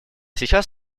сейчас